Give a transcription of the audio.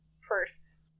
first